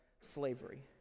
slavery